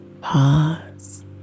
pause